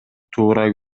туура